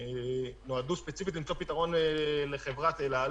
שנועדו ספציפית למצוא פתרון לחברת אל על.